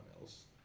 else